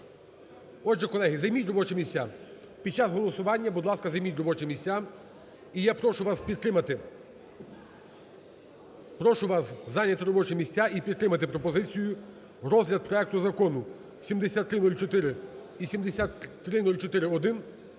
Отже, колеги, займіть робочі місця. Під час голосування, будь ласка, займіть робочі місця. І я прошу вас підтримати, прошу вас зайняти робочі місця і підтримати пропозицію, розгляд проекту Закону 7304 і 7304-1